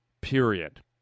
period